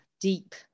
deep